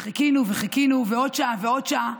וחיכינו וחיכינו, ועוד שעה ועוד שעה,